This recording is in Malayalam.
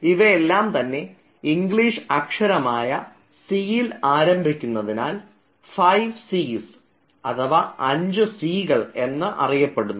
ഇവയെല്ലാംതന്നെ ഇംഗ്ലീഷ് അക്ഷരമായ 'C' യിൽ ആരംഭിക്കുന്നതിനാൽ 5 Cs എന്ന് അറിയപ്പെടുന്നു